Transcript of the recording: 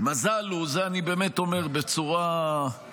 המזל הוא, ואת זה אני באמת אומר בצורה גלויה,